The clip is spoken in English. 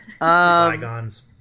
Saigons